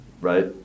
right